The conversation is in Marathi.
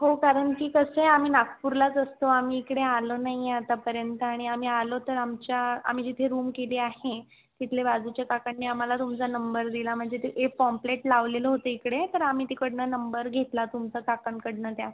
हो कारण की कसं आहे आम्ही नागपूरलाच असतो आम्ही इकडे आलो नाही आहे आतापर्यंत आणि आम्ही आलो तर आमच्या आम्ही जिथे रूम केली आहे तिथल्या बाजूच्या काकांनी आम्हाला तुमचा नंबर दिला म्हणजे ते एक पॉम्पलेट लावलेलं होतं इकडे तर आम्ही तिकडनं नंबर घेतला तुमचा काकांकडनं त्या